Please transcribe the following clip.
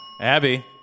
Abby